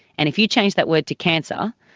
and if you change that word to cancer,